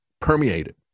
permeated